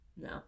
no